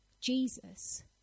Jesus